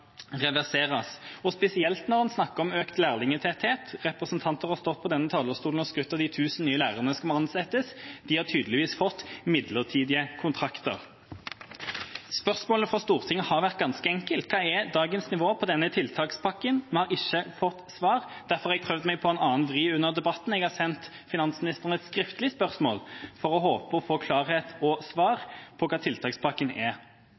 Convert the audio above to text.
reverseres? Og en snakker spesielt om økt lærertetthet. Representanter har stått på denne talerstolen og skrytt av de tusen nye lærerne som skal ansettes. De har tydeligvis fått midlertidige kontrakter. Spørsmålet fra Stortinget har vært ganske enkelt: Hva er dagens nivå på denne tiltakspakken? Vi har ikke fått svar. Derfor har jeg prøvd meg på en annen vri under debatten. Jeg har sendt finansministeren et skriftlig spørsmål i håp om å få klarhet i og svar på hva tiltakspakken er.